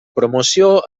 promoció